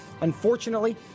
Unfortunately